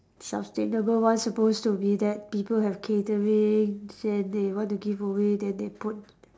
sustainable one supposed to be that people have catering say they want to give away then they put